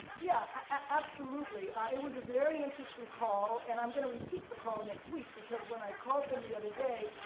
yeah, absolutely. it was a very interesting call. and i'm going to repeat the call next week, because when i called them the other day,